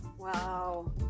Wow